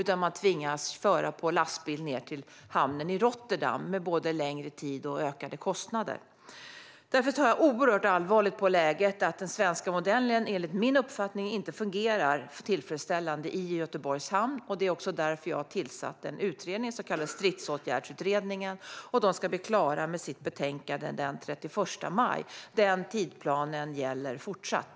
Man tvingas i stället att föra lasten på lastbil ned till hamnen i Rotterdam, vilket tar längre tid och ger ökade kostnader. Därför ser jag oerhört allvarligt på läget att den svenska modellen, enligt min uppfattning, inte fungerar tillfredsställande i Göteborgs hamn. Det är också därför jag har tillsatt den så kallade Stridsåtgärdsutredningen. Utredningen ska bli klar med sitt betänkande den 31 maj. Denna tidsplan gäller fortsatt.